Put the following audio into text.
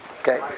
okay